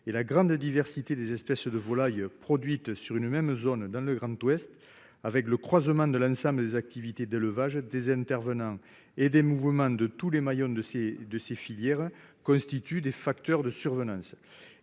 et la grande diversité des espèces de volailles produite sur une même zone dans le Grand-Ouest avec le croisement de l'ensemble des activités d'élevage des intervenants et des mouvements de tous les maillons de ces, de ces filières, constituent des facteurs de survenance